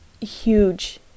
huge